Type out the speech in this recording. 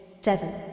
seven